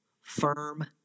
firm